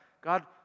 God